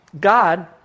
God